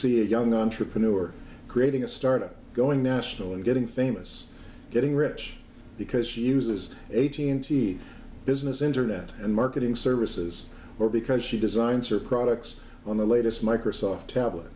see a young entrepreneur creating a startup going national and getting famous getting rich because she uses eighteen t business internet and marketing services or because she designs her products on the latest microsoft tablet